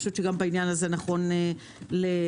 גם בעניין הזה נכון לקדם.